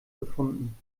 gefunden